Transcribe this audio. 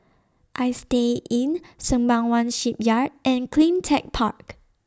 Istay Inn Sembawang Shipyard and CleanTech Park